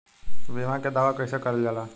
बीमा के दावा कैसे करल जाला?